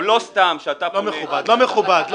לא סתם שאתה --- לא מכובד, לא, לא מכובד.